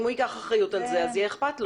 אם הוא ייקח אחריות על זה אז זה יהיה אכפת לו.